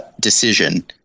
decision